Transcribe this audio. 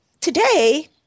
today